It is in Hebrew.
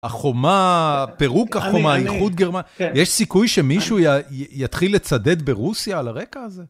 החומה, פירוק החומה, איחוד גרמניה, יש סיכוי שמישהו יתחיל לצדד ברוסיה על הרקע הזה?